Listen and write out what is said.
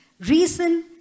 Reason